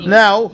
now